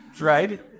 right